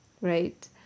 right